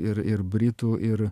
ir ir britų ir